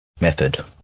method